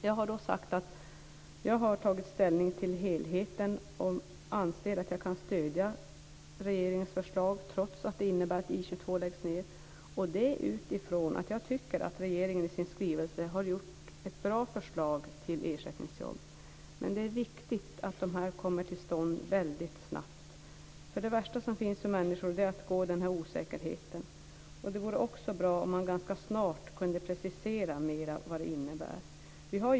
Jag har sagt att jag har tagit ställning till helheten och att jag anser att jag kan stödja regeringens förslag - trots att det innebär att I 22 läggs ned. Det är med utgångspunkt i att jag tycker att regeringen har lagt fram ett bra förslag till ersättningsjobb i sin skrivelse. Men det är viktigt att de kommer till stånd snabbt. Det värsta som finns för människor är osäkerheten. Det vore också bra om det går att precisera mer vad de innebär.